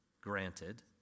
granted